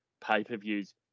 pay-per-views